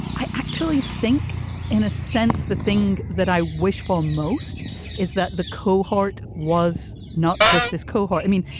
i actually think in a sense, the thing that i wish for most is that the cohort was not just this cohort. i mean,